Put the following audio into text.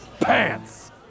Pants